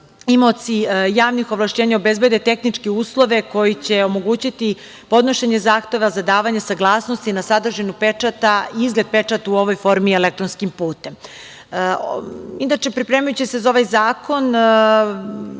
imaoci javnih ovlašćenja obezbede tehničke uslove koji će omogućiti podnošenje zahteva za davanje saglasnosti na sadržinu pečata i izgled pečata u ovoj formi elektronskim putem. Inače, pripremajući se za ovaj zakon